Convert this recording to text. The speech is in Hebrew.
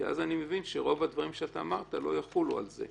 כי אז אני מבין שרוב הדברים שאתה אמרת לא יחולו על זה.